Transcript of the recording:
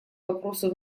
вопросы